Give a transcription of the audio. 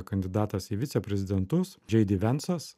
kandidatas į viceprezidentus džei di vencas